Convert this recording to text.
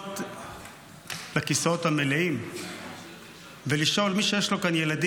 לפנות לכיסאות המלאים ולשאול כאן את מי שיש לו ילדים